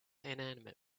inanimate